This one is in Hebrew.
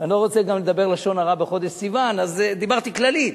אני לא רוצה גם לדבר לשון הרע בחודש סיוון אז דיברתי כללית.